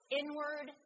inward